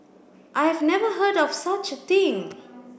I have never heard of such a thing